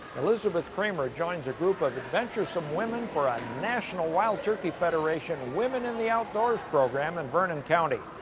elizabeth cramer joins a group of adventurousome women for a national wild turkey federation women in the outdoors program in vernon county.